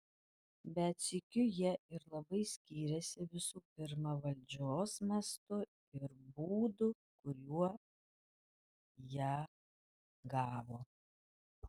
bet sykiu jie ir labai skyrėsi visų pirma valdžios mastu ir būdu kuriuo ją gavo